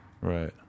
Right